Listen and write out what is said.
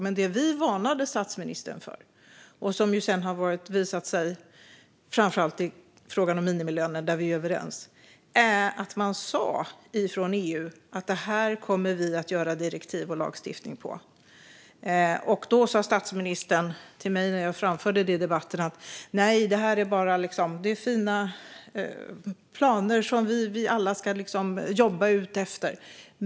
Men vi varnade statsministern för - framför allt när det gäller minimilöner där vi är överens - att EU sa att i dessa frågor kommer det att bli direktiv och lagstiftning. När jag framförde detta i debatten sa statsministern att den sociala pelaren innebär fina planer som vi alla ska jobba efter.